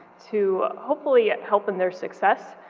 to hopefully help in their success.